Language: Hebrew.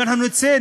שאנחנו נצא,